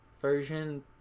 version